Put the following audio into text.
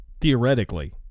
theoretically